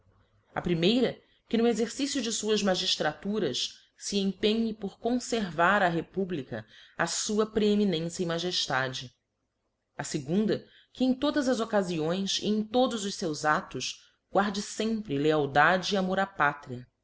a primeira que no exercicio de luas magiílraturas fe empenhe por confer'ar á republica a fua preeminência e majeftade a fegunda que em todas as occaíioes e em todos os feus ados guarde lempre lealdade e amor á pátria